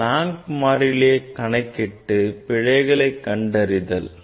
Planck மாறிலி கணக்கீட்டு பிழைகளை கண்டறிதல்